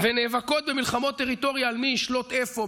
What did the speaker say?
ונאבקים במלחמות טריטוריה על מי ישלוט איפה,